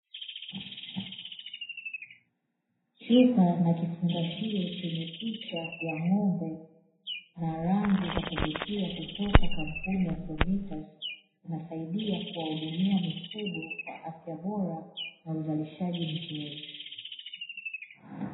Chupa na kifungashio chenye picha ya ng'ombe na rangi za kuvutia kutoka kampuni ya "Full meters", inasaidia kuwahudumia mifugo kwa afya bora na uzalishaji mzuri.